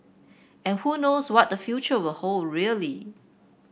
and who knows what the future will hold really